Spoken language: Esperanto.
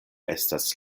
estas